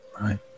Right